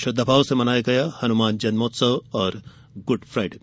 श्रद्वाभाव से मनाया गया हनुमान जन्मोत्सव और गुड फायडे